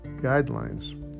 guidelines